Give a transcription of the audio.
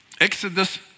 Exodus